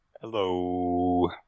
Hello